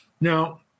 Now